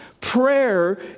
Prayer